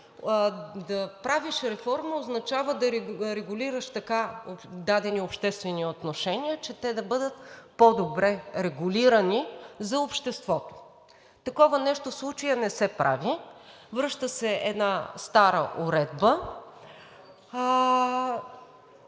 да правиш реформа, означава да регулираш така дадени обществени отношения, че те да бъдат по-добре регулирани за обществото. Такова нещо в случая не се прави. Връща се една стара уредба